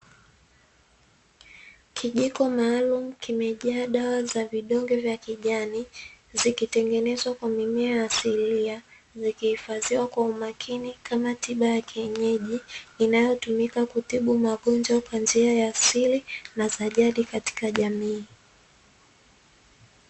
Kijiko maalumu kimejaa dawa za vidonge vya kijani, zikitengenezwa kwa mimea asilia, zikihifadhiwa kwa umakini kama tiba ya kienyeji, inazotumika kutibu magonjwa kwa njia ya asili na za jadi katika jamii.